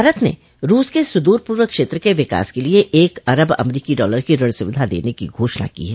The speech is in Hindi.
भारत ने रूस के सुदूर पूर्व क्षेत्र के विकास के लिए एक अरब अमरीकी डॉलर की ऋण सुविधा देने की घोषणा की है